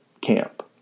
camp